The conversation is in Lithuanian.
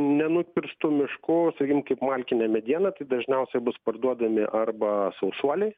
nenukirstu mišku sakykim kaip malkinė mediena tai dažniausiai bus parduodami arba sausuoliai